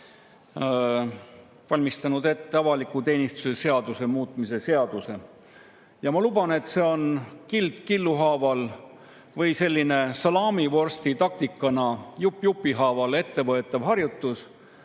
valmistanud ette avaliku teenistuse seaduse muutmise seaduse [eelnõu]. Ma luban, et seda kild killu haaval või salaamivorstitaktikana jupp jupi haaval ettevõetavat harjutust